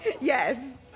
Yes